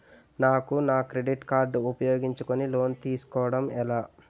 నాకు నా credit card ఉపయోగించుకుని లోన్ తిస్కోడం ఎలా?